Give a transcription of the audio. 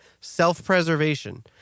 self-preservation